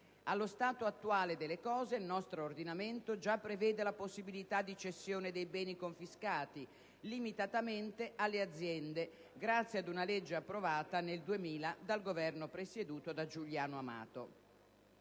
Allo stato attuale delle cose, il nostro ordinamento già prevede la possibilità di cessione dei beni confiscati, limitatamente alle aziende, grazie ad una legge approvata nel 2000 dal Governo presieduto da Giuliano Amato.